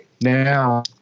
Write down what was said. now